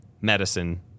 medicine